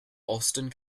austen